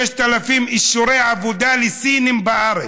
6,000 אישורי עבודה לסינים בארץ,